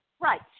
Right